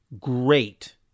great